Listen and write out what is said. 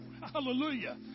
Hallelujah